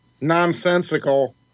nonsensical